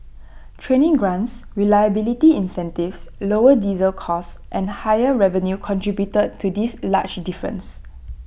training grants reliability incentives lower diesel costs and higher revenue contributed to this large difference